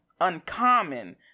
uncommon